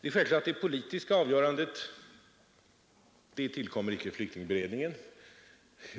Det är självklart att det politiska avgörandet inte tillkommer flyktingberedningen.